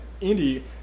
Indy